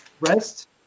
rest